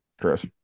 Chris